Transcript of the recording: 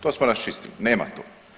To smo raščistili, nema to.